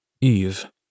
Eve